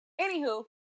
Anywho